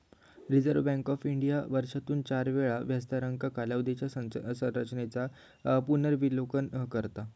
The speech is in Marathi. रिझर्व्ह बँक ऑफ इंडिया वर्षातून चार वेळा व्याजदरांच्या कालावधीच्या संरचेनेचा पुनर्विलोकन करता